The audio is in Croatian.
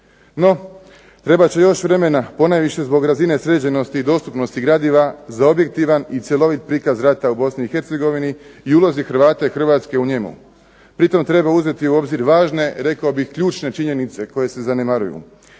No, trebat će još vremena, ponajviše zbog razine sređenosti i dostupnosti gradiva za objektivan i cjelovit prikaz rata u BiH i ulozi Hrvata i Hrvatske u njemu. Pritom treba uzeti u obzir važne, rekao bih, ključne činjenice koje se zanemaruju.